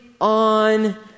on